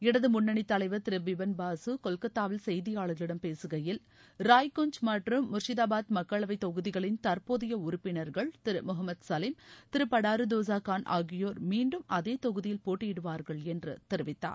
இடது முன்னணி தலைவர் திரு பிமன் பாசு கொல்கத்தாவில் செய்தியாளர்களிடம் பேசுகையில் ராய்குன்ச் மற்றும் முர்ஷிதாபாத் மக்களவை தொகுதிகளின் தற்போதைய உறுப்பினர்கள் திரு முகமது சலீம் திரு படாருதோசா கான் ஆகியோர் மீண்டும் அதே தொகுதியில் போட்டியிடுவார்கள் என்று தெரிவித்தார்